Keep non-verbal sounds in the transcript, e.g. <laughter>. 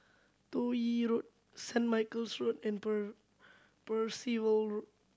Toh Yi Road Saint Michael's Road and <unintelligible> Percival Road